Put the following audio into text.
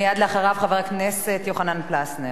מייד אחריו, חבר הכנסת יוחנן פלסנר.